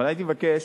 אבל הייתי מבקש,